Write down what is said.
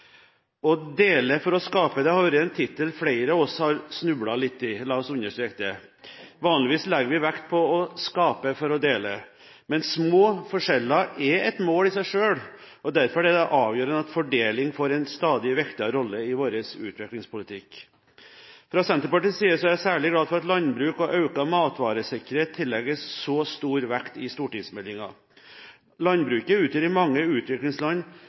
Å dele for å skape har vært en tittel flere av oss har snublet litt i – la oss understreke det. Vanligvis legger vi vekt på å skape for å dele, men små forskjeller er et mål i seg selv. Derfor er det avgjørende at fordeling får en stadig viktigere rolle i vår utviklingspolitikk. Fra Senterpartiets side er jeg særlig glad for at landbruk og økt matvaresikkerhet tillegges så stor vekt i stortingsmeldingen. Landbruket utgjør i mange utviklingsland